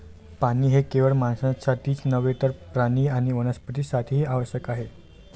पाणी हे केवळ माणसांसाठीच नव्हे तर प्राणी आणि वनस्पतीं साठीही आवश्यक आहे